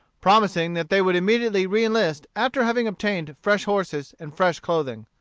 promising that they would immediately re-enlist after having obtained fresh horses and fresh clothing.